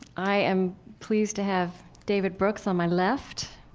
i am pleased to have david brooks on my left